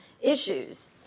issues